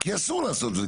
כי אסור לעשות את זה.